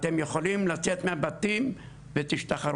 אתם יכולים לצאת מהבתים ותשתחררו